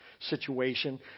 situation